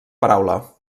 paraula